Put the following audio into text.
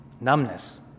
Numbness